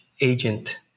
agent